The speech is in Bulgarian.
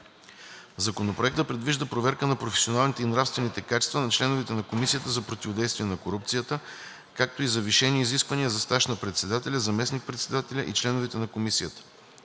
Законопроектът предвижда проверка на професионалните и нравствените качества на членовете на Комисията за противодействие на корупцията, както и завишени изисквания за стаж на председателя, заместник-председателя и членовете на комисията.